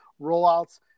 Rollouts